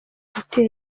hotel